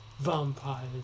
vampires